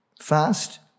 fast